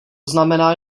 znamená